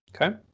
Okay